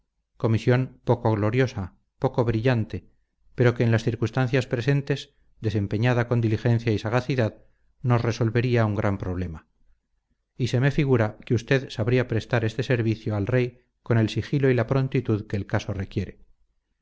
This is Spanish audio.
comisión poco gloriosa poco brillante pero que en las circunstancias presentes desempeñada con diligencia y sagacidad nos resolvería un gran problema y se me figura que usted sabría prestar este servicio al rey con el sigilo y la prontitud que el caso requiere